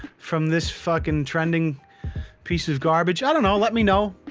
from this fucking trending piece of garbage? i don't know, let me know,